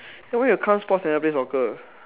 then why you come sports never play soccer